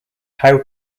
how